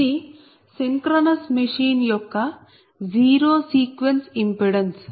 ఇది synchronous machine యొక్క zero sequence impedance